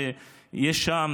שיש שם